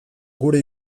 gure